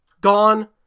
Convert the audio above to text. gone